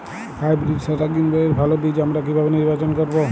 Hybrid শসা গ্রীনবইয়ের ভালো বীজ আমরা কিভাবে নির্বাচন করব?